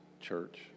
church